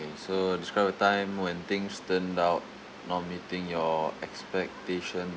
so describe a time when things turned out not meeting your expectation